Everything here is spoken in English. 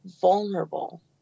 vulnerable